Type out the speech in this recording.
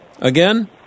again